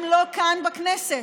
אם לא כאן בכנסת?